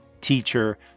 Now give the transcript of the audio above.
teacher